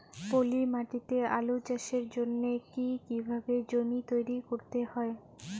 পলি মাটি তে আলু চাষের জন্যে কি কিভাবে জমি তৈরি করতে হয়?